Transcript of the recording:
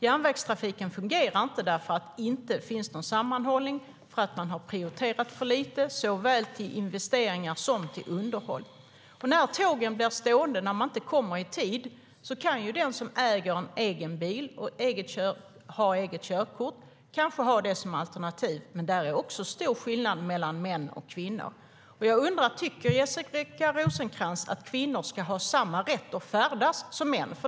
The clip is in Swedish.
Järnvägstrafiken fungerar inte, för det finns inte någon sammanhållning och man har prioriterat för lite såväl till investeringar som till underhåll. När tågen blir stående och när de inte kommer i tid kan den som äger en egen bil och har körkort kanske ha det som alternativ - men där är det också stor skillnad mellan män och kvinnor. Jag undrar: Tycker Jessica Rosencrantz att kvinnor ska ha samma rätt som män att färdas?